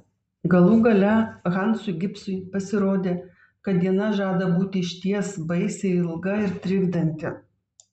galų gale hansui gibsui pasirodė kad diena žada būti išties baisiai ilga ir trikdanti